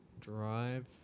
drive